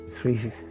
three